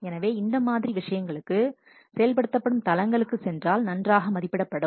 எனவே இந்த மாதிரி விஷயங்களுக்கு செயல்படுத்தப்படும் தளங்களுக்கு சென்றால் நன்றாக மதிப்பிடப்படும்